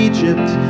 Egypt